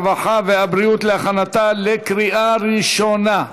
הרווחה והבריאות להכנתה לקריאה ראשונה.